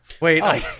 wait